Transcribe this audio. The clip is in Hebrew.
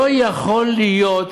לא יכול להיות